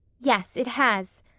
yes, it has,